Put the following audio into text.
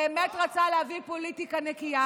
באמת רצה להביא פוליטיקה נקייה.